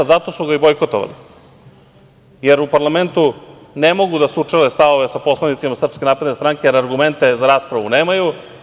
Zato su ga i bojkotovali, jer u parlamentu ne mogu da sučele stavove sa poslanicima SNS, jer argumente za raspravu nemaju.